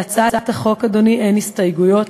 להצעת החוק, אדוני, אין הסתייגויות.